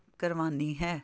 ਕਰਵਾਉਣੀ ਹੈ